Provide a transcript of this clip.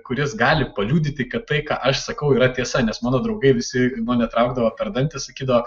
kuris gali paliudyti kad tai ką aš sakau yra tiesa nes mano draugai visi mane traukdavo per dantį sakydavo